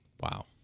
Wow